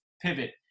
pivot